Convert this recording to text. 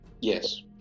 Yes